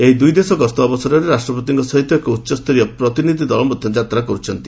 ଏହି ଦୁଇଦେଶ ଗସ୍ତ ଅବସରରେ ରାଷ୍ଟ୍ରପତିଙ୍କ ସହିତ ଏକ ଉଚ୍ଚସ୍ତରୀୟ ପ୍ରତିନିଧି ଦଳ ଯାତ୍ରା କରୁଛନ୍ତି